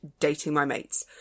datingmymates